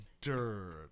dirt